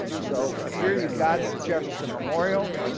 so here you've got the jefferson memorial.